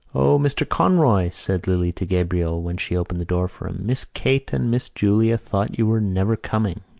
o, mr. conroy, said lily to gabriel when she opened the door for him, miss kate and miss julia thought you were never coming.